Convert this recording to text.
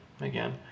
again